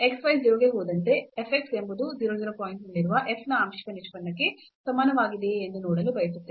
x y 0 ಗೆ ಹೋದಂತೆ f x ಎಂಬುದು 0 0 ಪಾಯಿಂಟ್ನಲ್ಲಿರುವ f ನ ಆಂಶಿಕ ನಿಷ್ಪನ್ನಕ್ಕೆ ಸಮಾನವಾಗಿದೆಯೇ ಎಂದು ನೋಡಲು ಬಯಸುತ್ತೇವೆ